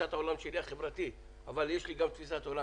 תפיסת העולם החברתית שלי, אבל יש לי גם תפיסת עולם